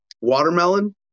watermelon